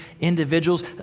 individuals